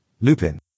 lupin